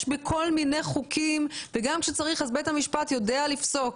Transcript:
יש בכל חוקים וגם כשצריך בית המשפט יודע לפסוק.